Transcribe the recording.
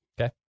Okay